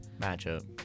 matchup